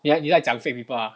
你你在讲 fake people ah